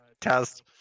Test